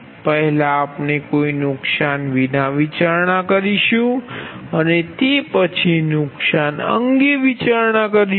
પહેલા આપણે કોઈ નુકસાન વિના વિચારણા કરીશું અને તે પછી નુકસાન અંગે વિચારણા કરીશું